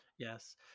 Yes